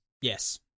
yes